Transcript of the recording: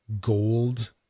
gold